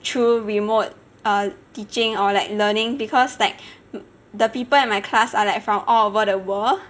through remote err teaching or like learning because like the people in my class are like from all over the world